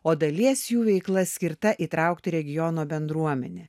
o dalies jų veikla skirta įtraukti regiono bendruomenę